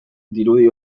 dirudi